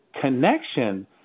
connection